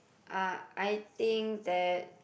uh I think that